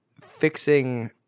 fixing